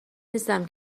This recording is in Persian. نیستم